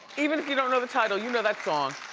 even if you don't know the title, you know that song.